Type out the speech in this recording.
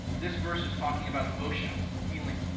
this verse is talking about emotional healing,